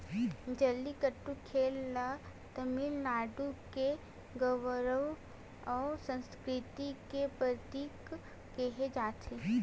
जल्लीकट्टू खेल ल तमिलनाडु के गउरव अउ संस्कृति के परतीक केहे जाथे